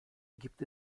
gibt